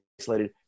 isolated